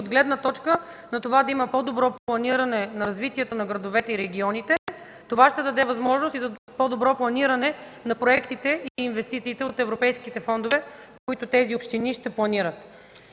от гледна точка на това да има по-добро планиране за развитието на градовете и регионите. Това ще даде възможност и за по-добро планиране на проектите и инвестициите от европейските фондове, които тези общини ще планират.